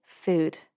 food